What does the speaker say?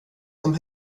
som